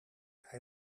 hij